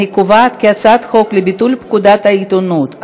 אני קובעת כי הצעת חוק לביטול פקודת העיתונות,